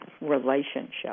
relationship